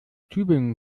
tübingen